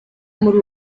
muri